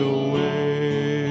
away